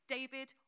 David